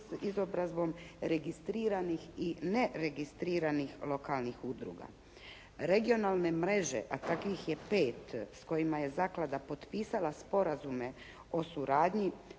izobrazbom registriranih i neregistriranih lokalnih udruga. Regionalne mreže, a takvih je pet, s kojima je zaklada potpisala sporazume o suradnji